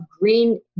green